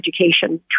Education